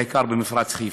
בעיקר במפרץ חיפה.